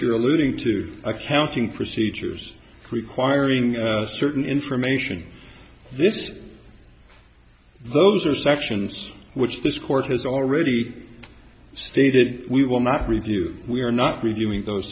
were alluding to accounting procedures requiring certain information this those are sections which this court has already stated we will not review we are not reviewing those